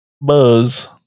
buzz